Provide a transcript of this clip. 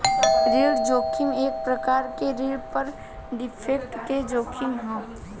ऋण जोखिम एक प्रकार के ऋण पर डिफॉल्ट के जोखिम ह